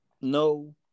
No